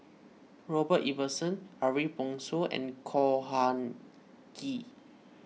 Robert Ibbetson Ariff Bongso and Khor Ghee